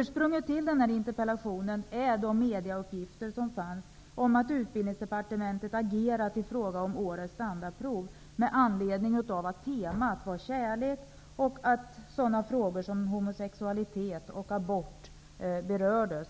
Bakgrunden till den här interpellationen är de medieuppgifter som fanns om att Utbildningsdepartementet har agerat i fråga om årets standardprov med anledning av att provets tema var kärlek och att sådana frågor som homosexualitet och abort berördes.